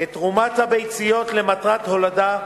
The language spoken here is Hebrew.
את תרומת הביציות למטרת הולדה,